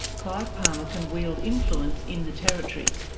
clive palmer can wield influence in the territory.